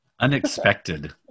Unexpected